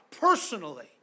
personally